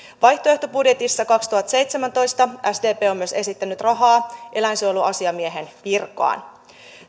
vaihtoehtobudjetissa kaksituhattaseitsemäntoista sdp on myös esittänyt rahaa eläinsuojeluasiamiehen virkaan